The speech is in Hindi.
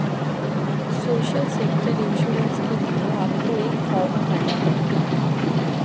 सोशल सेक्टर इंश्योरेंस के लिए आपको एक फॉर्म भरना पड़ेगा